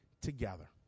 together